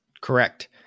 Correct